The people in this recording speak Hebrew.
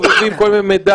שמסתובבים עם כל מיני מידעים.